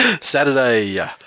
Saturday